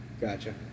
Gotcha